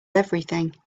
everything